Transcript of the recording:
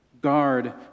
Guard